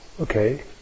Okay